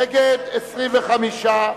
נגד, 25,